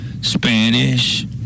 Spanish